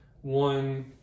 one